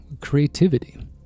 creativity